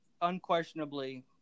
Unquestionably